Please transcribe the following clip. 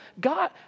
God